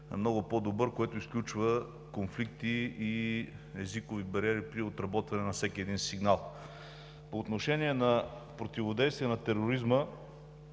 много по-добър, което изключва конфликти и езикови бариери при отработване на всеки сигнал. Относно противодействие на тероризма